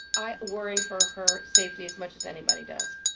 i worry for her safety as much as anybody does.